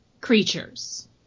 creatures